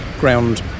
ground